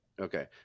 Okay